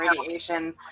radiation